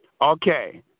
Okay